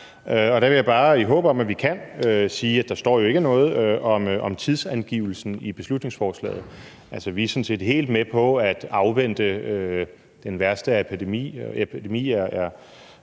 Og der vil jeg bare, i håb om at vi kan, sige, at der jo ikke står noget om tidsperspektivet i beslutningsforslaget. Altså, vi er sådan set helt med på at afvente, at det værste af epidemien